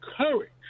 courage